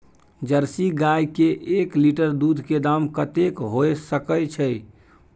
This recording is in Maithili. जर्सी गाय के एक लीटर दूध के दाम कतेक होय सके छै?